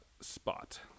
spot